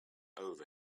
over